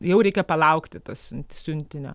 jau reikia palaukti to siunt siuntinio